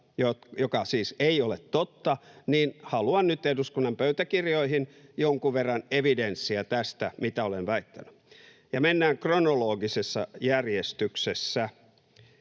mikä siis ei ole totta — niin haluan nyt eduskunnan pöytäkirjoihin jonkun verran evidenssiä tästä, mitä olen väittänyt. Mennään kronologisessa järjestyksessä